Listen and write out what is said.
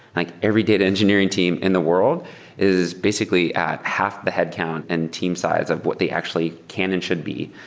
like every data engineering team in the world is basically at half the headcount in and team size of what they actually can and should be.